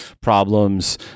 problems